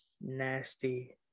nasty